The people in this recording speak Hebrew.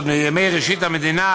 עוד מימי ראשית המדינה,